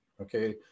okay